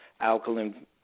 alkaline